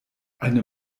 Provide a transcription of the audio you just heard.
eine